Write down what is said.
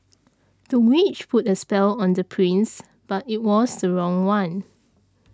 the witch put a spell on the prince but it was the wrong one